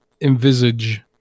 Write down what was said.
envisage